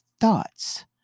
thoughts